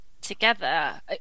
together